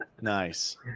nice